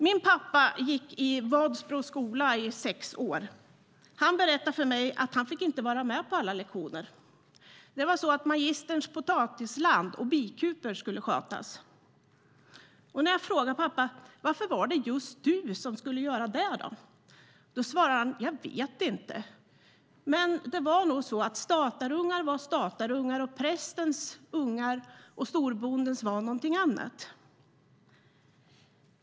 Min pappa gick i Vadsbro skola i sex år. Han har berättat för mig att han inte fick vara med på alla lektioner. Det var så att magisterns potatisland och bikupor skulle skötas. När jag frågade varför det var just han som skulle göra det svarade han: Jag vet inte. Men det var nog så att statarungar var statarungar, och prästens och storbondens ungar var någonting annat.